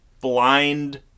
blind